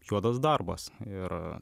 juodas darbas ir